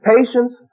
Patience